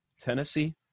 Tennessee